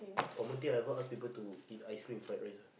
common thing I ever ask people to eat ice cream fried rice ah